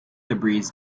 debris